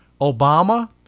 Obama